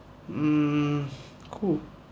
mm cool